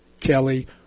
kelly